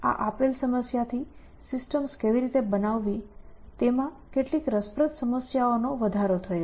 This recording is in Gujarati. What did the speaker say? આ આપેલ સમસ્યા થીસિસ્ટમો કેવી રીતે બનાવવી તેમાં કેટલીક રસપ્રદ સમસ્યાઓ નો વધારો થયો